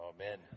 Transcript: amen